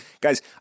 guys